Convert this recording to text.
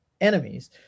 enemies